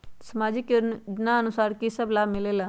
समाजिक योजनानुसार कि कि सब लाब मिलीला?